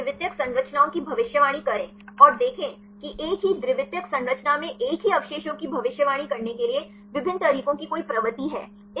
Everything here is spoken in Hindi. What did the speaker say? और द्वितीयक संरचनाओं की भविष्यवाणी करें और देखें कि एक ही द्वितीयक संरचना में एक ही अवशेषों की भविष्यवाणी करने के लिए विभिन्न तरीकों की कोई प्रवृत्ति है